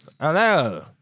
Hello